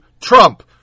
Trump